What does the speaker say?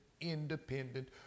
independent